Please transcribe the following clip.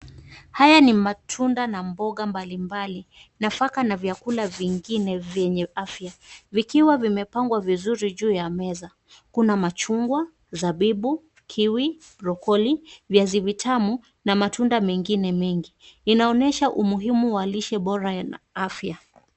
Haya ni matunda na mboga mbali mbali, nafaka na vyakula vingine vyenye afya vikiwa vimepangwa vizuri juu ya meza. Kuna machungwa, zabibu, kiwi, brokoli, viazi vitamu na matunda mengine mengi. Inaonyesha umuhimu wa lishe bora na afya.